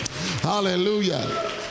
Hallelujah